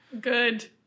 Good